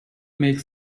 make